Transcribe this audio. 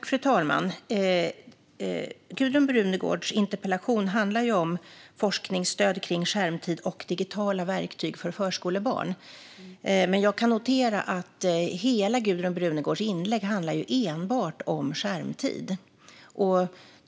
Fru talman! Gudrun Brunegårds interpellation handlar om forskningsstöd kring skärmtid och digitala verktyg för förskolebarn. Jag noterar dock att hela Gudrun Brunegårds inlägg enbart handlar om skärmtid.